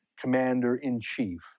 commander-in-chief